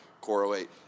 correlate